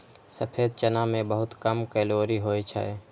सफेद चना मे बहुत कम कैलोरी होइ छै